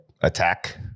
attack